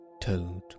Toad